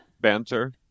Banter